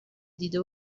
دیده